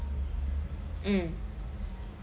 mm